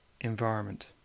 environment